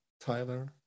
Tyler